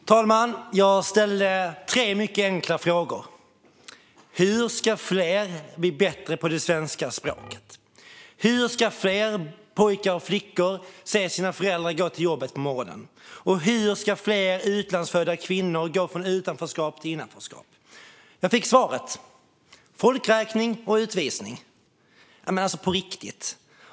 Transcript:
Herr talman! Jag ställde tre mycket enkla frågor: Hur ska fler bli bättre på det svenska språket, hur ska fler pojkar och flickor se sina föräldrar gå till jobbet på morgonen och hur ska fler utlandsfödda kvinnor gå från utanförskap till innanförskap? Jag fick svaret: folkräkning och utvisning. Alltså, på riktigt!